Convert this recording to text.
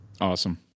Awesome